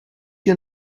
you